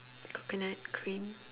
coconut cream